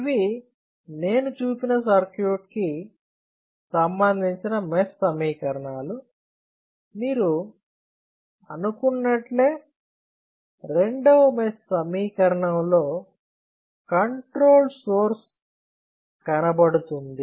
ఇవి నేను చూపిన సర్క్యూట్ కి సంబంధించిన మెష్ సమీకరణాలు మీరు అనుకున్నట్లే రెండవ మెష్ సమీకరణంలో కంట్రోల్ సోర్స్ కనబడుతుంది